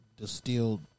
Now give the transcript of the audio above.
distilled